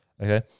Okay